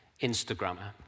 Instagrammer